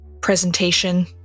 presentation